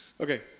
Okay